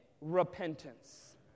repentance